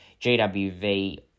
GWV